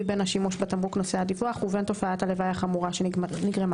בין השימוש בתמרוק נושא הדיווח ובין תופעת הלוואי החמורה שנגרמה,